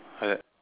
like that